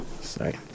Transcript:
Sorry